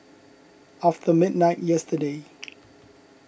after midnight yesterday